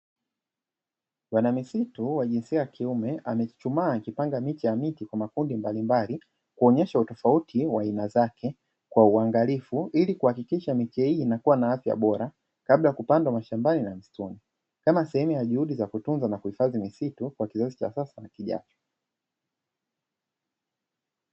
Bwana misitu wa jinsia ya kiume, amechuchumaa akipanga miche ya miti kwa makundi mbalimbali, kuonyesha utofauti wa aina zake kwa uangalifu, ili kuhakikisha miche hii inakuwa na afya bora kabla ya kupanda mashambani na mistuni, kama sehemu ya juhudi za kutunza na kuhifadhi misitu kwa kizazi cha sasa na kijacho.